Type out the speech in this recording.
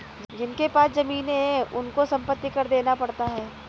जिनके पास जमीने हैं उनको संपत्ति कर देना पड़ता है